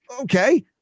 okay